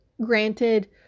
Granted